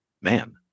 man